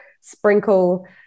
sprinkle